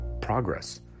progress